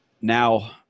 now